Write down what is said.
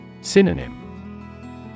Synonym